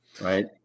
Right